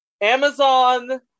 Amazon